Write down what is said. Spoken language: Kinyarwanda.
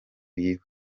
biba